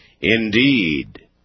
indeed